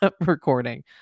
recording